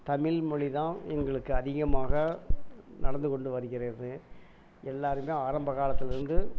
தமிழ் மொழி தான் எங்களுக்கு அதிகமாக நடந்துக்கொண்டு வருகிறது எல்லோருமே ஆரம்ப காலத்தில் இருந்து